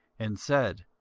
and said,